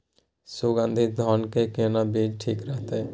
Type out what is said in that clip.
सुगन्धित धान के केना बीज ठीक रहत?